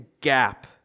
gap